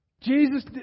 jesus